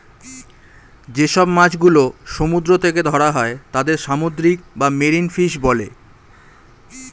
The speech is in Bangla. যে সব মাছ গুলো সমুদ্র থেকে ধরা হয় তাদের সামুদ্রিক বা মেরিন ফিশ বলে